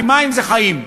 כי מים זה חיים.